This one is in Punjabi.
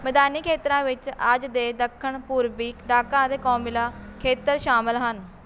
ਮੈਦਾਨੀ ਖੇਤਰਾਂ ਵਿੱਚ ਅੱਜ ਦੇ ਦੱਖਣ ਪੂਰਬੀ ਡਾਕਾ ਅਤੇ ਕੋਮਿਲਾ ਖੇਤਰ ਸ਼ਾਮਲ ਹਨ